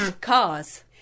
cars